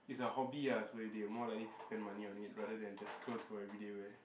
is a hobby ah so they more likely to spend money on it rather than just clothes for every day wear